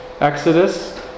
Exodus